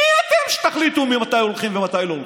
מי אתם שתחליטו מתי הולכים ומתי לא הולכים?